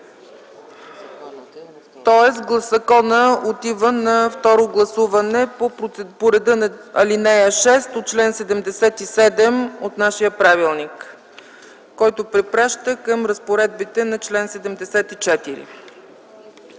тоест законът отива на второ гласуване по реда на ал. 6 от чл. 77 от нашия правилник, който препраща към разпоредбите на чл. 74.